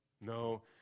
No